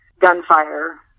gunfire